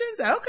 Okay